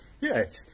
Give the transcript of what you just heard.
Yes